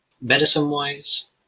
Medicine-wise